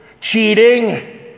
cheating